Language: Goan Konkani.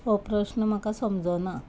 हो प्रश्न म्हाका समजुना